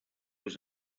was